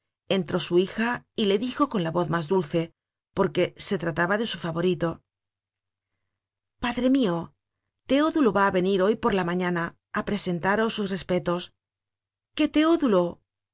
entró su hija y le dijo con la voz mas dulce porque se trataba de su favorito padre mio teodulo va á venir hoy por la mañana á presentaros sus respetos qué teodulo